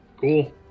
Cool